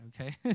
okay